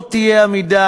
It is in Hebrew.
אם לא תהיה עמידה,